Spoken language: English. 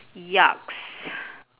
yucks